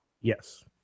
Yes